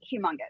humongous